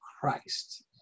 Christ